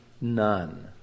none